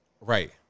Right